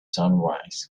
sunrise